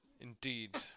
Indeed